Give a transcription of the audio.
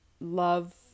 love